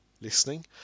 listening